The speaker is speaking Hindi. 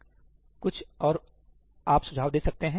कोई कुछ और आप सुझाव दे सकते हैं